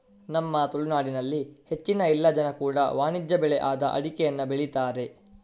ನಮ್ಮ ತುಳುನಾಡಿನಲ್ಲಿ ಹೆಚ್ಚಿನ ಎಲ್ಲ ಜನ ಕೂಡಾ ವಾಣಿಜ್ಯ ಬೆಳೆ ಆದ ಅಡಿಕೆಯನ್ನ ಬೆಳೀತಾರೆ